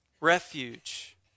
refuge